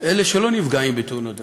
אלה שלא נפגעים בתאונות דרכים.